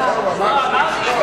בו.